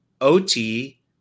OT